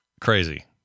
Crazy